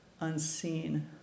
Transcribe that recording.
unseen